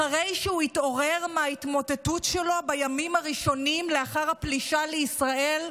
אחרי שהוא התעורר מההתמוטטות שלו בימים הראשונים לאחר הפלישה לישראל,